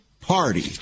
party